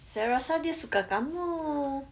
saya rasa dia suka kamu